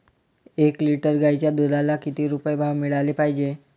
एक लिटर गाईच्या दुधाला किती रुपये भाव मिळायले पाहिजे?